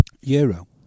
Euro